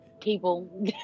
people